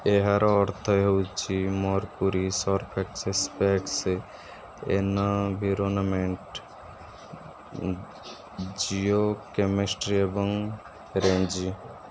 ଏହାର ଅର୍ଥ ହେଉଛି Mercury surface space environment geochemistry ଏବଂ ରେଞ୍ଜି